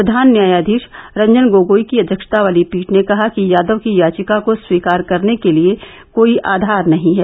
प्रधान न्यायाधीश रंजन गोगोई की अध्यक्षता वाली पीठ ने कहा कि यादव की याचिका को स्वीकार करने के लिए कोई आधार नहीं है